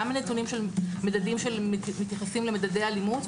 גם מדדים שמתייחסים למדדי אלימות,